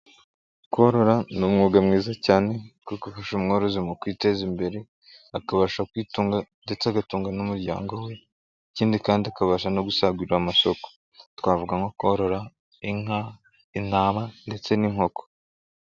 Korora ni umwuga mwiza cyane wo gufasha umworozi mu kwiteza imbere akabasha kwitunga ndetse agatungwa n'umuryango we ikindi kandi akabasha no gusagurira amasoko, twavuga nko korora inka, intama, ndetse n'inkoko.